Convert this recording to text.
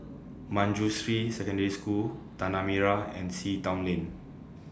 Manjusri Secondary School Tanah Merah and Sea Town Lane